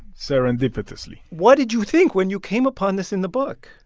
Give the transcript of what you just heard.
serendipitously what did you think when you came upon this in the book?